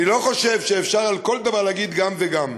אני לא חושב שעל כל דבר אפשר להגיד גם וגם.